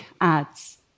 ads